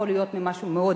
זה יכול להיות משהו מאוד